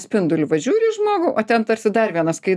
spindulį va žiūri į žmogų o ten tarsi dar vienas kai